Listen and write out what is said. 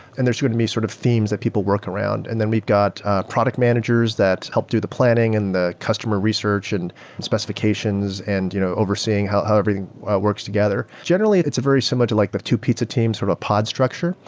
and there's going to be sort of themes that people work around. and then we've got product managers that help do the planning and the customer research and specifications and you know overseeing how everything works together. generally, it's very similar to like the two pizza teams sort of a pod structure,